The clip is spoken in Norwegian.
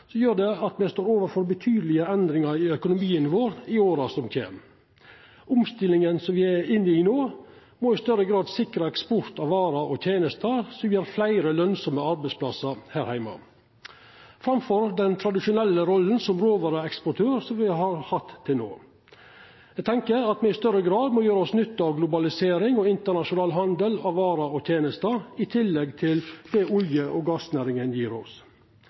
gjer at me står overfor betydelege endringar i økonomien vår i åra som kjem. Omstillinga som me er inne i no, må i større grad sikra eksport av varer og tenester, så me får fleire lønsame arbeidsplassar her heime, framfor den tradisjonelle rolla som råvareeksportør som me har hatt til no. Eg tenkjer at me i større grad må dra nytte av globalisering og internasjonal handel med varer og tenester, i tillegg til det olje- og gassnæringa gjev oss.